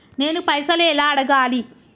నేను పైసలు ఎలా అడగాలి?